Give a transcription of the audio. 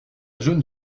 jeune